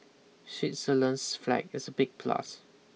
Switzerland's flag is a big plus